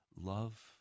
love